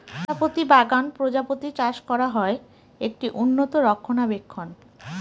প্রজাপতি বাগান প্রজাপতি চাষ করা হয়, একটি উন্নত রক্ষণাবেক্ষণ